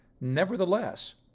Nevertheless